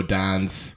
dance